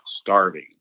starving